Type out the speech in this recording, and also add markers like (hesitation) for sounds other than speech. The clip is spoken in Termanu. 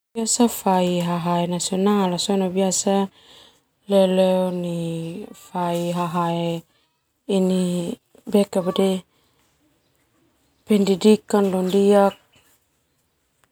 Fai hahae nasional sona biasa nai fai hahae (hesitation) pendidikan.